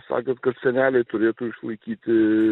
sakėt kad seneliai turėtų išlaikyti